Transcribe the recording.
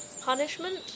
Punishment